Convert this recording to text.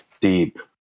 deep